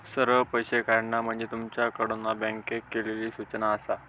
सरळ पैशे काढणा म्हणजे तुमच्याकडना बँकेक केलली सूचना आसा